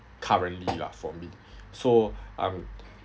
currently lah for me so um